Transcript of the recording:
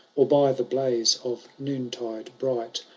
or by the blaze of noontide bright.